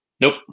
Nope